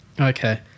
okay